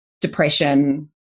depression